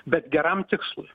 bet geram tikslui